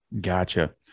Gotcha